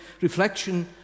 reflection